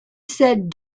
said